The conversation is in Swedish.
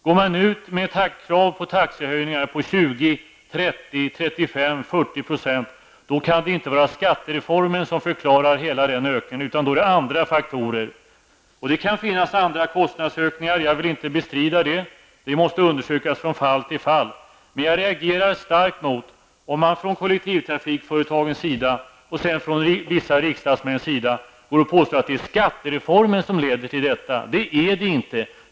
Går man ut med krav på taxehöjningar på 20--40 % kan det inte vara skattereformen som förklarar hela denna ökning, utan då är det andra faktorer som bidrar. Jag vill inte bestrida att det kan finnas andra kostnadsökningar. Det måste undersökas från fall till fall, men jag reagerar starkt emot om man från kollektivtrafikföretagens och vissa riksdagsmäns sida påstår att det är skattereformen som leder till dessa höjningar. Så är inte fallet.